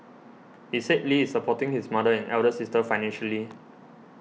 he said Lee is supporting his mother and elder sister financially